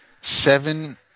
seven